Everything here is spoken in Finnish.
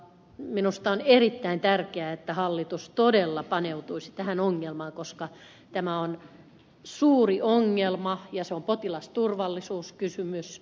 minusta on erittäin tärkeää että hallitus todella paneutuisi tähän koska tämä on suuri ongelma ja se on myös potilasturvallisuuskysymys